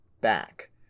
back